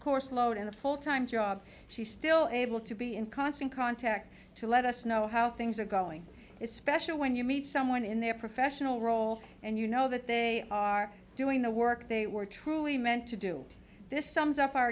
course load and a full time job she's still able to be in constant contact to let us know how things are going is special when you meet someone in their professional role and you know that they are doing the work they were truly meant to do this sums up our